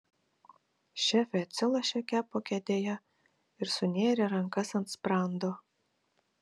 šefė atsilošė kepo kėdėje ir sunėrė rankas ant sprando